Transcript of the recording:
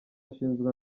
ashinjwa